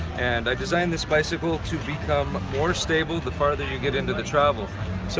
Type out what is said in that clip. and i designed this bicycle to become more stable the farther you get into the travel. so